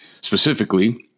Specifically